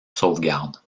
sauvegarde